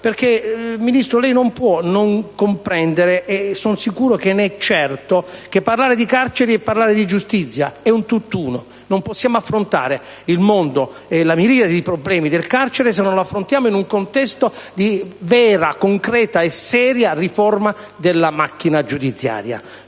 signor Ministro, non può non comprendere - e sono sicuro che ne è certo - che parlare di carceri e parlare di giustizia è un tutt'uno: non possiamo affrontare il mondo e la miriade di problemi del carcere se non li affrontiamo in un contesto di vera, concreta e seria riforma della macchina giudiziaria.